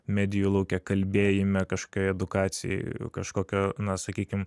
medijų lauke kalbėjime kažkokioj edukacijoj kažkokio na sakykim